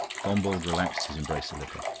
gombauld relaxed his embrace a little.